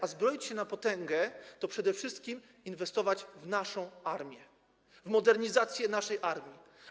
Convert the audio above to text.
A zbroić się na potęgę to przede wszystkim inwestować w naszą armię, w modernizację naszej armii.